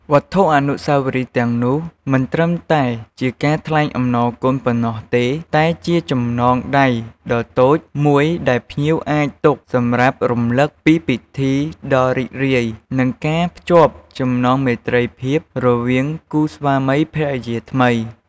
វត្ថុអនុស្សាវរីយ៍ទាំងនោះមិនត្រឹមតែជាការថ្លែងអំណរគុណប៉ុណ្ណោះទេ តែជាចំណងដៃដ៏តូចមួយដែលភ្ញៀវអាចទុកសម្រាប់រំឭកពីពិធីដ៏រីករាយ និងការភ្ជាប់ចំណងមេត្រីភាពរវាងគូស្វាមីភរិយាថ្មី។